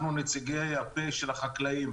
אנחנו הפה של החקלאים.